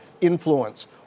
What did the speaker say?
influence